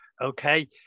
okay